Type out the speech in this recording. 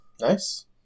Nice